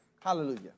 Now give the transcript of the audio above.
Hallelujah